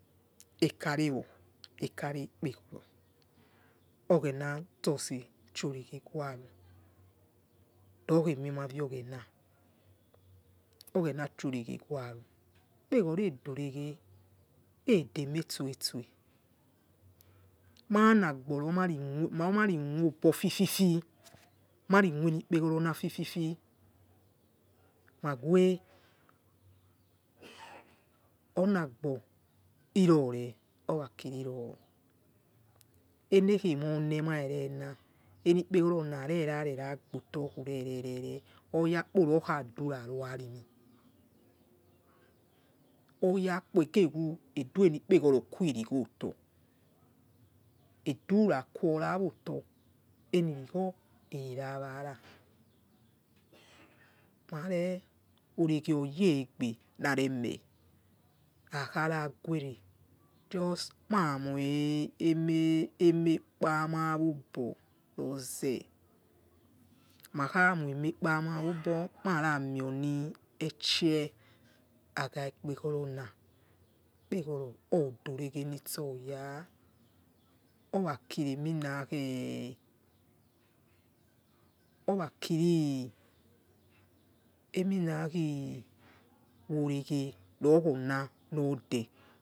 Ekarewo ekarewikpegoro oghena tusi chioreghe waro rokhiemima dio oghena oghena chi oreghe waro ikpegoro edo reghei edemestosto managbo mari mogbefifififi marimoinikpegoronafifififi mawe onagbo irone orakiriro enekhemo nemawerena enikpegorona averago tokhurere oyakpo rokhaduraruorimi oyakpo eghewo eduenikpegoro kuiri gho oto edu ra kuorawoto enirigo ere rawara mare oregie oyegbe naremeh naraguere just manoi emekpamaobo roze makhamoi mekpanaobo makhami oneche agai ikpegorona ikpegoro dore genitsoya orakireminakhe orakiri emanaki oroghe rokhona node.